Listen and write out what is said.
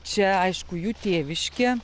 čia aišku jų tėviškė